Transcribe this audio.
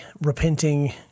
repenting